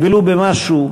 ולו במשהו,